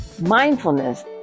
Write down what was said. Mindfulness